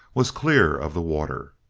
was clear of the water.